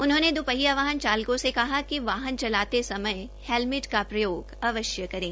उन्होंने द्वहिया वाहन चालकों से कहा कि वाहन चलाते समय हेलमेट का प्रयोग अवश्य करें